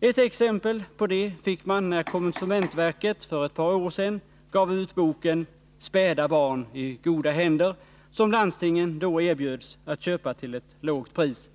Ett exempel på det fick man när konsumentverket för ett par år sedan gav ut boken Späda barn i goda händer, som landstingen då erbjöds att köpa till lågt pris.